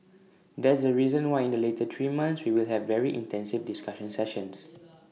that's the reason why in the later three months we will have very intensive discussion sessions